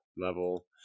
level